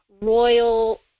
royal